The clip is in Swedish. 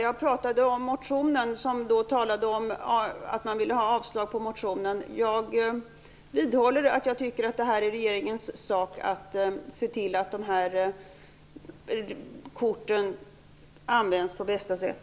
Jag pratade om motionen och att man ville avstyrka motionen. Jag vidhåller att jag tycker att det är regeringens sak att se till att dessa kort används på bästa sätt.